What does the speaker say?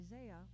isaiah